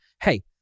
hey